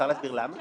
את